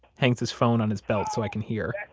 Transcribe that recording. hangs his phone on his belt so i can hear.